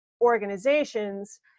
organizations